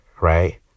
Right